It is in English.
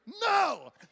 No